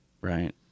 right